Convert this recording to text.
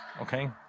Okay